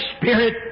Spirit